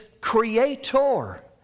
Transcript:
Creator